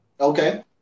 Okay